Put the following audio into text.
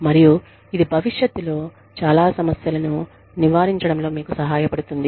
మరియు ఇది భవిష్యత్తులో చాలా సమస్యలను నివారించడంలో మీకు సహాయపడుతుంది